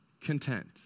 content